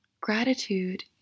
Gratitude